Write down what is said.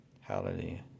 hallelujah